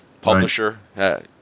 publisher